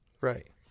Right